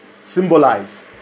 symbolize